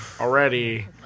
already